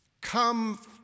come